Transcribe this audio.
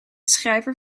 schrijver